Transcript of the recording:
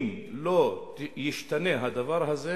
אם לא ישתנה הדבר הזה,